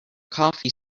coffee